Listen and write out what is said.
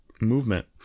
movement